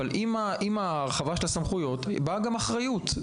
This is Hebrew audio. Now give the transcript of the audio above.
אבל עם הרחבת הסמכויות באה גם אחריות.